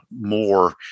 more